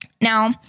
Now